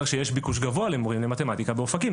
שיש ביקוש גבוה למורים למתמטיקה באופקים,